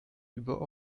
über